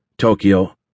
Tokyo